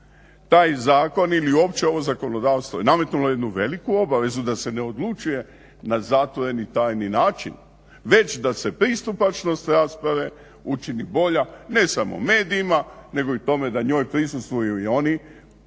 da i zakon ili uopće ovo zakonodavstvo je nametnulo jednu veliku obavezu da se ne odlučuje na zatvoreni tajni način već da se pristupačnost rasprave učini bolja ne samo medijima nego i tome da njoj prisustvuju i svi oni